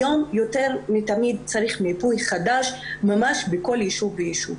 צריך היום מיפוי חדש בכל יישוב ויישוב.